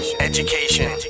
education